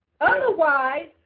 Otherwise